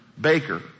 baker